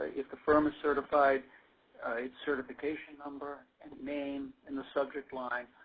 if the firm is certified, its certification number and name in the subject line,